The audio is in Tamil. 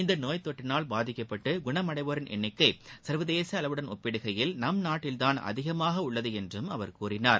இந்த நோய் தொற்றினால் பாதிக்கப்பட்டு குணமடைவோரின் எண்ணிக்கை சர்வதேச அளவுடன் ஒப்பிடுகையில் நம் நாட்டில்தான் அதிகமாக உள்ளது என்றும் அவர் கூறினார்